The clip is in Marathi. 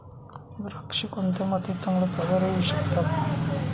द्राक्षे कोणत्या मातीत चांगल्या प्रकारे येऊ शकतात?